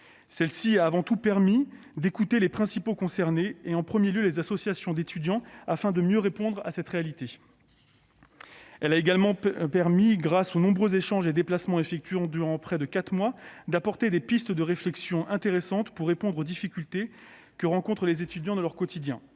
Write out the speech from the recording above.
Celle-ci a avant tout permis d'écouter les principaux concernés, en premier lieu les associations d'étudiants, afin de mieux comprendre cette réalité. Elle a également apporté, grâce aux nombreux échanges et déplacements effectués durant près de quatre mois, des pistes de réflexion intéressantes pour répondre aux difficultés que rencontrent les étudiants dans leur quotidien.